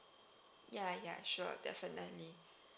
ya ya sure definitely